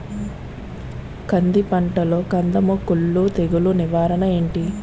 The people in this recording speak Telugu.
కంది పంటలో కందము కుల్లు తెగులు నివారణ ఏంటి?